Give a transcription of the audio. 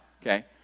okay